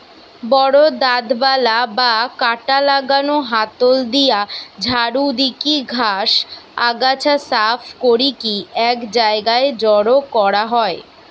বড় দাঁতবালা বা কাঁটা লাগানা হাতল দিয়া ঝাড়ু দিকি ঘাস, আগাছা সাফ করিকি এক জায়গায় জড়ো করা হয়